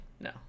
No